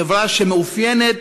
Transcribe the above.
חברה שמתאפיינת,